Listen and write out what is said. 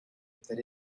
that